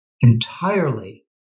entirely